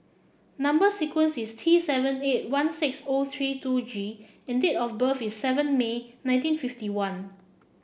number sequence is T seven eight one six O three two G and date of birth is seven May nineteen fifty one